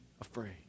afraid